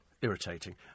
irritating